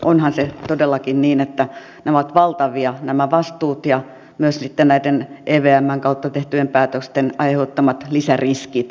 onhan se todellakin niin että nämä vastuut ovat valtavia ja sitten myös näiden evmn kautta tehtyjen päätösten aiheuttamat lisäriskit